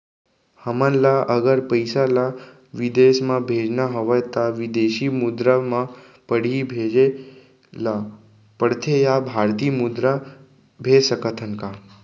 हमन ला अगर पइसा ला विदेश म भेजना हवय त विदेशी मुद्रा म पड़ही भेजे ला पड़थे या भारतीय मुद्रा भेज सकथन का?